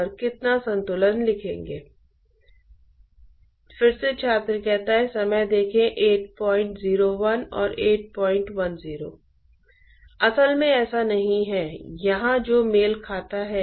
और हम देखेंगे कि डिफ्यूजन वह तंत्र क्यों है जिसके द्वारा ट्रांसपोर्ट इंटरफ़ेस पर होता है